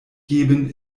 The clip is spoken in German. geben